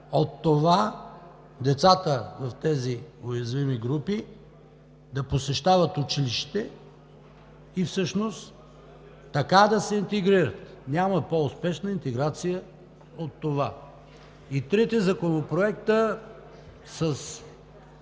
от това децата от тези уязвими групи да посещават училище и всъщност така да се интегрират. Няма по-успешна интеграция от това! И трите законопроекта са